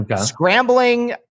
Scrambling